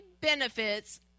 benefits